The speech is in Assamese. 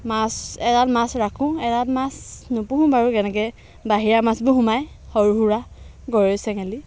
মাছ এটাত মাছ ৰাখোঁ এটাত মাছ নুপুহোঁ বাৰু তেনেকৈ বাহিৰা মাছবোৰ সোমায় সৰু সুৰা গৰৈ চেঙেলী